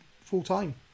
full-time